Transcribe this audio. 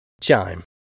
Chime